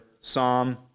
Psalm